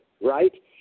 right